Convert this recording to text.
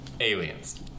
Aliens